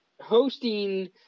hosting